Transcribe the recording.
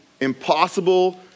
impossible